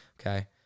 Okay